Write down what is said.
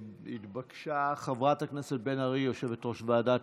שהתבקשה חברת הכנסת בן ארי, יושבת-ראש הוועדה